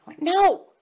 No